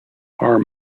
are